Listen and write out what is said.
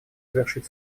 завершит